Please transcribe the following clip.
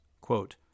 quote